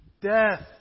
death